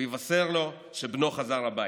ויבשר לו שבנו חזר הביתה?